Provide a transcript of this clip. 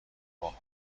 حالا